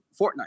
Fortnite